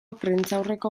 prentsaurreko